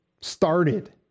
started